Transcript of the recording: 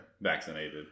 vaccinated